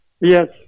Yes